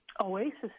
oasis